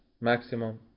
maximum